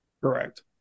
Correct